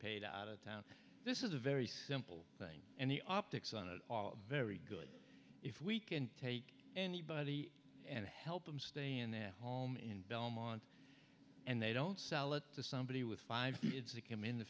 paid out of town this is a very simple thing and the optics on it very good if we can take anybody and help them stay in their home in belmont and they don't sell it to somebody with five it's it came in the